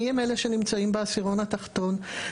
מי הם אלה שנמצאים בעשירון התחתון?